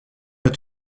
est